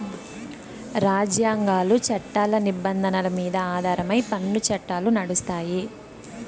రాజ్యాంగాలు, చట్టాల నిబంధనల మీద ఆధారమై పన్ను చట్టాలు నడుస్తాయి